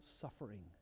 suffering